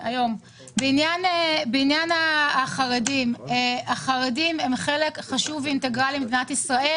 בעניין החרדים: החרדים הם חלק חשוב ואינטגרלי ממדינת ישראל